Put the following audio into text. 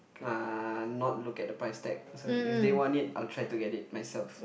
uh not look at the price tag so if they want it I'll try to get it myself